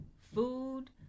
food